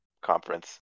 conference